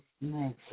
next